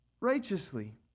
righteously